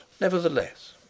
nevertheless